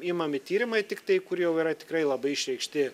imami tyrimai tiktai kur jau yra tikrai labai išreikšti